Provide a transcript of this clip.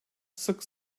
sık